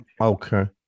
Okay